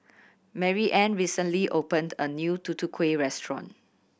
Maryann recently opened a new Tutu Kueh restaurant